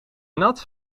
nat